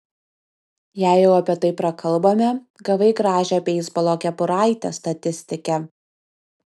jei jau apie tai prakalbome gavai gražią beisbolo kepuraitę statistike